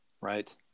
right